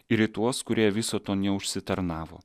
ir į tuos kurie viso to neužsitarnavo